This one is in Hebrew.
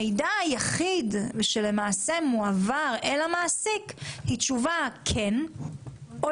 המידע היחיד שלמעשה מועבר אל המעסיק זאת תשובה - כן או